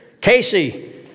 casey